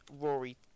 Rory